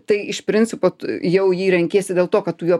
tai iš principo jau jį renkiesi dėl to kad tu juo